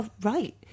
Right